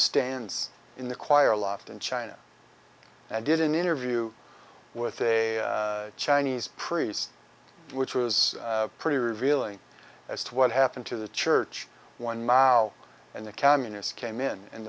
stands in the choir loft in china and did an interview with a chinese priest which was pretty revealing as to what happened to the church one mao and the communists came